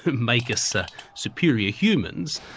make us ah superior humans,